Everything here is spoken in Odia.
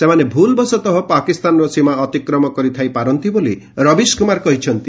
ସେମାନେ ଭୁଲ୍ବଶତଃ ପାକିସ୍ତାନ ସୀମା ଅତିକ୍ରମ କରିଥାଇପାରନ୍ତି ବୋଲି ରବୀଶ କୁମାର କହିଛନ୍ତି